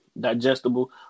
digestible